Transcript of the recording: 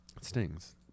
Stings